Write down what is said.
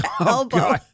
elbow